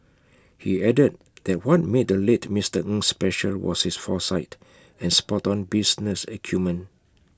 he added that what made the late Mister Ng special was his foresight and spoton business acumen